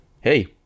Hey